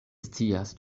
scias